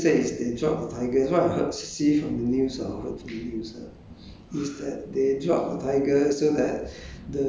ya I think they drug the tigers I don't know I don't know what is the news said is they drugged the tigers what I heard see from the news or heard from the news ah